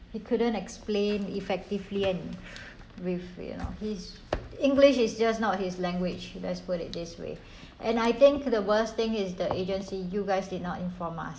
he couldn't explain effectively and with you know his english is just not his language let's put it this way and I think the worst thing is the agency you guys did not informed us